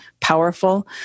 powerful